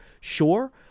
Sure